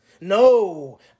no